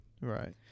Right